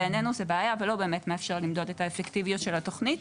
בעיננו זו בעיה וזה לא באמת מאפשר למדוד את האפקטיביות של התוכנית.